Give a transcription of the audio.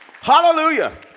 Hallelujah